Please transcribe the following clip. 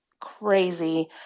crazy